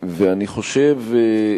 ואני חושב,